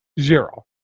Zero